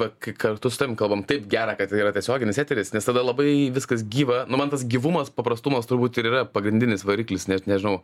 va kai kartu su tavim kalbam taip gera kad tai yra tiesioginis eteris nes tada labai viskas gyva nu man tas gyvumas paprastumas turbūt ir yra pagrindinis variklis net nežinau